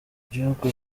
gihugu